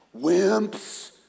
wimps